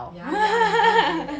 ya ya he does do that